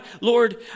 Lord